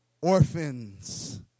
orphans